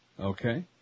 Okay